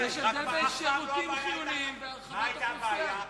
יש הבדל בין שירותים חיוניים והרחבת האוכלוסייה.